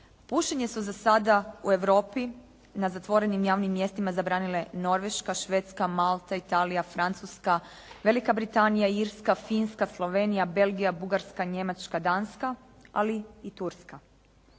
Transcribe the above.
Pušenje su za sada u Europi na zatvorenim javnim mjestima zabranile Norveška, Švedska, Malta, Italija, Francuska, Velika Britanija, Irska, Finska, Slovenija, Belgija, Bugarska, Njemačka, Danska, ali i Turska.